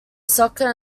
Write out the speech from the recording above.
soccer